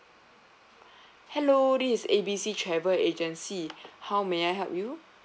hello this is A B C travel agency how may I help you